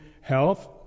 health